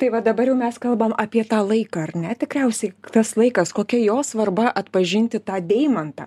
tai va dabar jau mes kalbam apie tą laiką ar ne tikriausiai tas laikas kokia jo svarba atpažinti tą deimantą